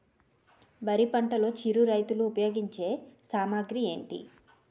వరి పంటలో చిరు రైతులు ఉపయోగించే సామాగ్రి ఏంటి?